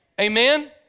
Amen